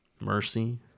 mercy